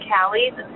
Callie's